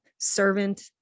servant